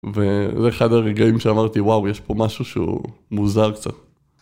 וזה אחד הרגעים שאמרתי, וואו, יש פה משהו שהוא מוזר קצת.